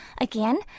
Again